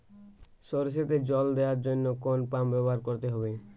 সরষেতে জল দেওয়ার জন্য কোন পাম্প ব্যবহার করতে হবে?